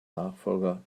nachfolger